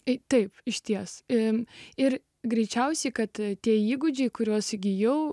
jei taip išties ims ir greičiausiai kad tie įgūdžiai kuriuos įgijau